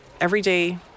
everyday